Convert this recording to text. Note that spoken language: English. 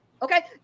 Okay